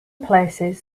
places